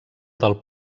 del